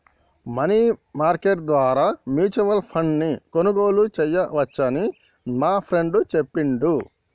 money market ద్వారా mutual ఫండ్ను కొనుగోలు చేయవచ్చని మా ఫ్రెండు చెప్పిండు